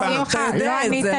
לגבי הדין